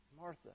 Martha